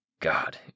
God